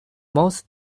most